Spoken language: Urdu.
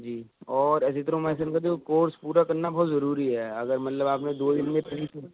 جی اور ایزیتروومائسن کا کورس پورا کرنا بہت ضروری ہے اگر مطلب آپ نے دو دن میں